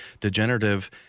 degenerative